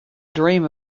dream